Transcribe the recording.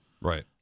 Right